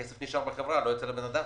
הכסף נשאר בחברה ולא אצל הבן אדם.